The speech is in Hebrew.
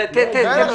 תן לו.